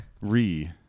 Re